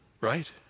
Right